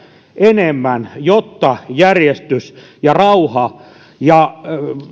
enemmän jotta järjestys ja rauha